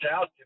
out